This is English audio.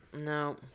No